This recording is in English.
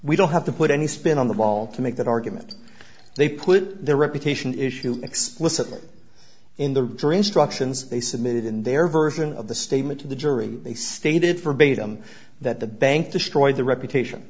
we don't have to put any spin on the ball to make that argument they put their reputation issue explicitly in the jury instructions they submitted in their version of the statement to the jury they stated forbade them that the bank destroyed the reputation